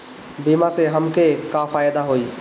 बीमा से हमके का फायदा होई?